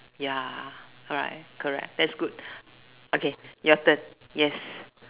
ya correct correct that's good okay your turn yes